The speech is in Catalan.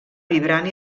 vibrant